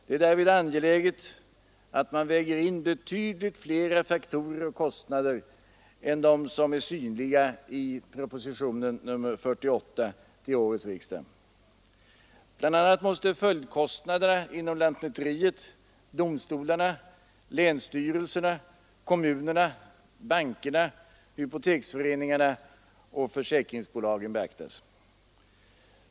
Det är därvid angeläget att man väger in betydligt flera faktorer och kostnader än dem som är synliga i propositionen nr 48 till årets riksdag. Bl. a. måste följdkostnaderna inom lantmäteriet, domstolarna, länsstyrelserna, kommunerna, bankerna, hypoteksföreningarna och försäkringsbolagen beaktas.